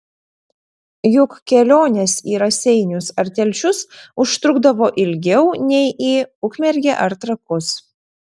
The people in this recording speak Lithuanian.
juk kelionės į raseinius ar telšius užtrukdavo ilgiau nei į ukmergę ar trakus